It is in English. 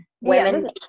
women